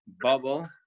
bubble